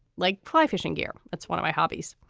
like try fishing gear. that's one of my hobbies.